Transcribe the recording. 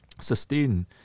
sustain